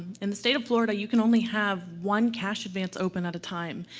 in the state of florida, you can only have one cash advance open at a time.